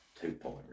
two-point